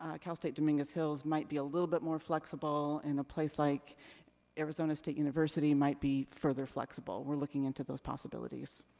ah cal state dominguez hills might be a little bit more flexible. and a place like arizona state university might be further flexible. we're looking into those possibilities.